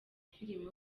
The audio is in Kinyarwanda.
filime